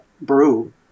brew